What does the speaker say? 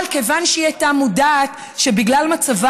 אבל כיוון שהיא הייתה מודעת לכך שבגלל מצבה